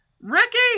Ricky